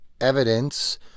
evidence